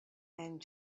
and